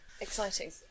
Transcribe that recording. Exciting